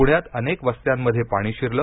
पुण्यात अनेक वस्त्यांमध्ये पाणी शिरल